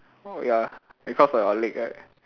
oh ya because of your leg right